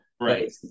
Right